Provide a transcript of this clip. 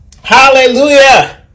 Hallelujah